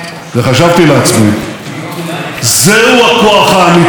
זהו הכוח האמיתי של עמנו,